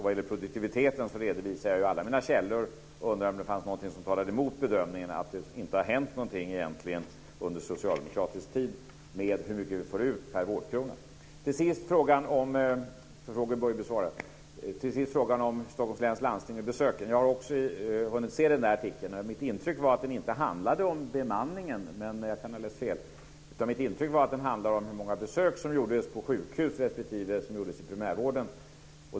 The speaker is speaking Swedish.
Vad gäller produktiviteten redovisar jag alla mina källor, och jag undrade om det fanns någonting som talade emot bedömningen att det egentligen inte har hänt någonting under socialdemokratisk tid om man ser på hur mycket vi får ut per vårdkrona. Till sist, för frågor bör ju besvaras, har vi frågan om Stockholms läns landsting och besöken. Jag har också hunnit se den där artikeln. Mitt intryck var att den inte handlade om bemanningen. Jag kan ha läst fel, men mitt intryck var att den handlade om hur många besök som gjordes på sjukhus respektive inom primärvården.